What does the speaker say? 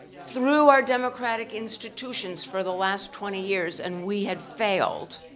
through our democratic institutions for the last twenty years and we had failed,